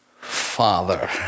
Father